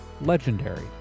legendary